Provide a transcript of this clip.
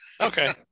okay